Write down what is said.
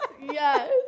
yes